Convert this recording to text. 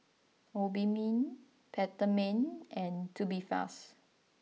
Obimin Peptamen and Tubifast